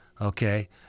Okay